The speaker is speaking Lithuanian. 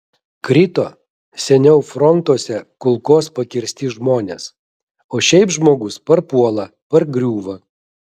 krito seniau frontuose kulkos pakirsti žmonės o šiaip žmogus parpuola pargriūva